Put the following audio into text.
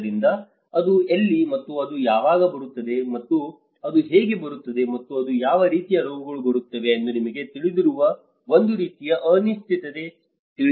ಆದ್ದರಿಂದ ಅದು ಎಲ್ಲಿ ಮತ್ತು ಅದು ಯಾವಾಗ ಬರುತ್ತದೆ ಮತ್ತು ಅದು ಹೇಗೆ ಬರುತ್ತದೆ ಮತ್ತು ಅದು ಯಾವ ರೀತಿಯ ರೋಗಗಳು ಬರುತ್ತವೆ ಎಂದು ನಿಮಗೆ ತಿಳಿದಿರುವ ಒಂದು ರೀತಿಯ ಅನಿಶ್ಚಿತತೆ ತಿಳಿದಿದೆ